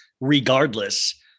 regardless